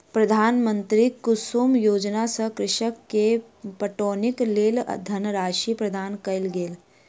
प्रधानमंत्री कुसुम योजना सॅ कृषक के पटौनीक लेल धनराशि प्रदान कयल गेल